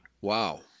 Wow